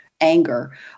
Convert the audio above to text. anger